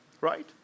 right